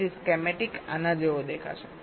તેથી સ્કેમેટિક આના જેવો દેખાશે